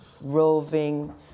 Roving